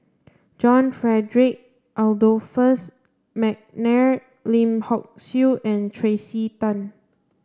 John Frederick Adolphus McNair Lim Hock Siew and Tracey Tan